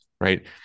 right